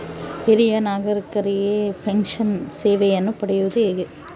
ಹಿರಿಯ ನಾಗರಿಕರಿಗೆ ಪೆನ್ಷನ್ ಸೇವೆಯನ್ನು ಪಡೆಯುವುದು ಹೇಗೆ?